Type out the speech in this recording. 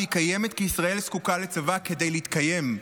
והיא קיימת כי ישראל זקוקה לצבא כדי להתקיים,